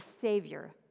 Savior